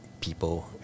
people